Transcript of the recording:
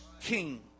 king